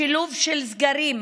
השילוב של סגרים,